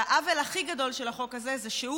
והעוול הכי גדול של החוק הזה זה שהוא